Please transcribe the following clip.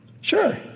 Sure